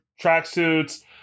tracksuits